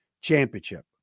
championship